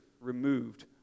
removed